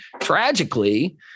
tragically